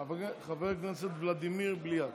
חבר הכנסת ולדימיר בליאק.